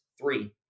three